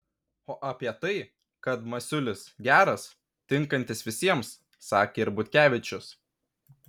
o apie tai kad masiulis geras tinkantis visiems sakė ir butkevičius